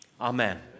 Amen